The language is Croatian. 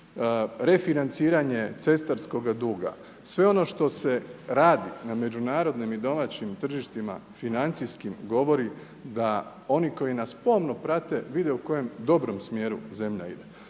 Refinanciranje cestarskoga duga, sve ono što se radi na međunarodnim i domaćim tržištima, financijskim, govori da oni koji nas pomno prate vide u kojem dobrom smjeru zemlja ide.